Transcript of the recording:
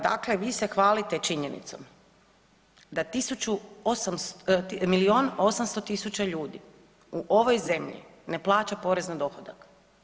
Dakle, vi se hvalite činjenicom da 1800, milijun i 800 tisuća ljudi u ovoj zemlji ne plaća porez na dohodak.